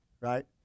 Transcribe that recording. right